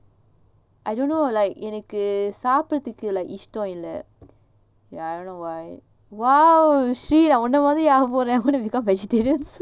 I don't know like எனக்குசாப்பிட்றதுக்குஇஷ்டம்இல்ல:enaku sapdrathuku istam illa ya I don't know why !wow! உன்ன become vegetarian soon